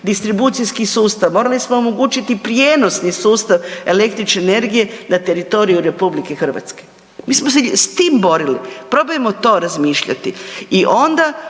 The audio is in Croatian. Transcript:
distribucijski sustav, morali smo omogućiti prijenosni sustav električne energije na teritoriju RH. Mi smo se s ti borili, probajmo to razmišljati. I onda,